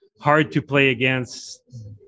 hard-to-play-against